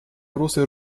große